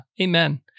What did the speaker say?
Amen